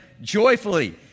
joyfully